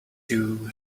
you